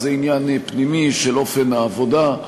זה עניין פנימי של אופן העבודה,